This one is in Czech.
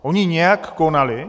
Oni nějak konali,